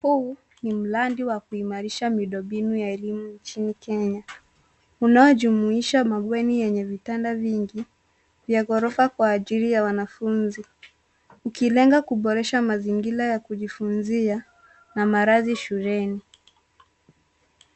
Huu ni mradi wa kuimarisha miundombinu ya elimu nchini Kenya unaojumuisha mabweni yenye vitanda vingi vya ghorofa kwa ajili ya wanafunzi ukilenga kuboresha mazingira ya kujifunzia na malazi shuleni.